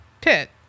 pit